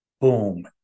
boom